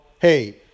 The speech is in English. hey